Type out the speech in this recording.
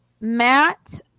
Matt